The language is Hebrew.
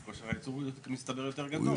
כושר הייצור יותר גדול.